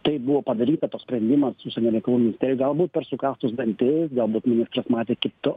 tai buvo padaryta toks sprendimas užsienio reikalų ministerijoj galbūt per sukąstus dantis galbūt ministras matė kito